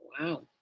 Wow